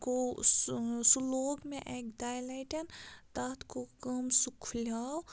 گوٚو سُہ سُہ لوگ مےٚ اَکہِ دۄیہِ لَٹٮ۪ن تَتھ گوٚو کٲم سُہ کھُلیو